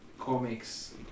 comics